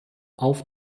auf